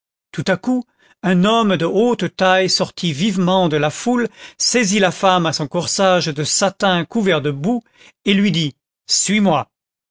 tout à coup un homme de haute taille sortit vivement de la foule saisit la femme à son corsage de satin couvert de boue et lui dit suis-moi